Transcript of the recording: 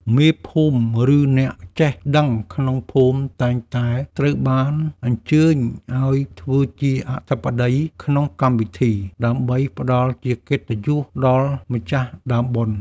មេភូមិ ឬអ្នកចេះដឹងក្នុងភូមិតែងតែត្រូវបានអញ្ជើញឱ្យធ្វើជាអធិបតីក្នុងកម្មវិធី ដើម្បីផ្តល់ជាកិត្តិយសដល់ម្ចាស់ដើមបុណ្យ។